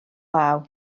law